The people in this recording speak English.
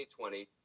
2020